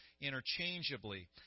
interchangeably